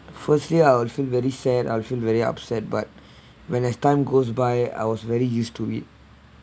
firstly I will feel very sad I will feel very upset but when as time goes by I was very used to it